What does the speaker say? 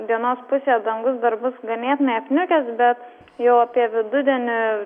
dienos pusėje dangus dar bus ganėtinai apniukęs bet jau apie vidudienį